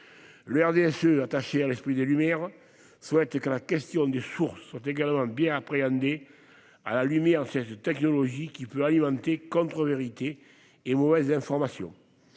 Le RDSE, attaché à l'esprit des Lumières, souhaite que la question des sources soit également bien appréhendée vis-à-vis de cette technologie, qui peut alimenter contre-vérités et mauvaises informations.